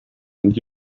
and